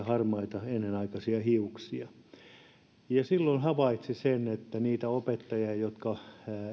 harmaita hiuksia silloin havaitsi sen että oli niitä opettajia jotka